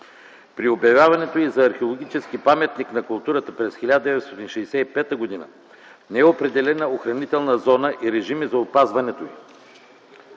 При обявяването й за археологически паметник на културата през 1965 г. не е определена археологическа зона и режими за опазването й.